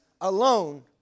alone